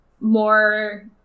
more